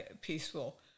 peaceful